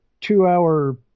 two-hour